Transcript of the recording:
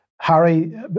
Harry